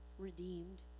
redeemed